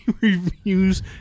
reviews